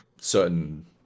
certain